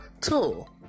tool